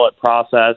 process